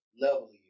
level